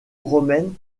romaine